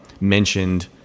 mentioned